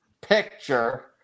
picture